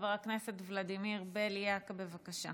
חבר הכנסת ולדימיר בליאק, בבקשה.